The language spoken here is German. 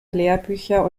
lehrbücher